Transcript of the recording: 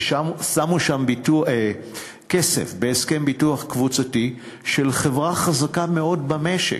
ששמו כסף בהסכם ביטוח קבוצתי של חברה חזקה מאוד במשק,